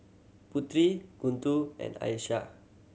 Putri Guntur and Aisyah